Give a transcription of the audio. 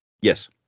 Yes